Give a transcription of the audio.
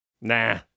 Nah